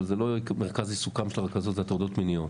אבל זה שמרכז עיסוקן של הרכזות זה הטרדות מיניות.